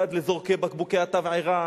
הידד לזורקי בקבוקי התבערה,